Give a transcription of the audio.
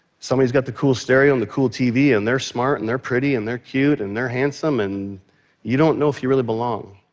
somebody's got the cool stereo and the cool tv and they're smart and they're pretty and they're cute and they're handsome and you don't know if you really belong.